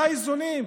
זה האיזונים?